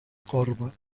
corba